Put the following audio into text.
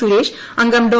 സുരേഷ് അംഗം ഡോ